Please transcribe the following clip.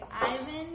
Ivan